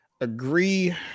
agree